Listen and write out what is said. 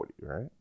right